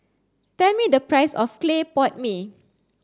tell me the price of clay pot mee